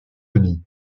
denis